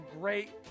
great